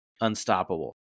unstoppable